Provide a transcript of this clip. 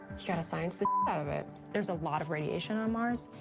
you gotta science the out of it. there's a lot of radiation on mars,